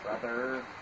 brother